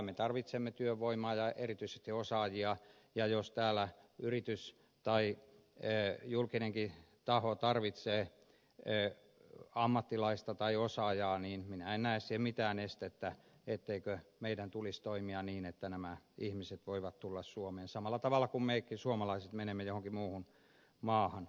me tarvitsemme työvoimaa ja erityisesti osaajia ja jos täällä yritys tai julkinenkin taho tarvitsee ammattilaista tai osaajaa niin minä en näe siihen mitään estettä etteikö meidän tulisi toimia niin että nämä ihmiset voivat tulla suomeen samalla tavalla kuin me suomalaisetkin menemme johonkin muuhun maahan